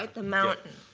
like the mountain.